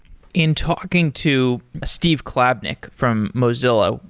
in talking to steve klabnik, from mozilla,